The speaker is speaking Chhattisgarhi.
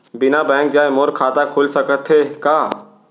बिना बैंक जाए मोर खाता खुल सकथे का?